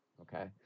Okay